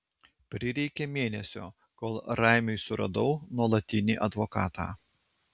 prireikė mėnesio kol raimiui suradau nuolatinį advokatą